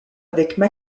avec